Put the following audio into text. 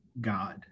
God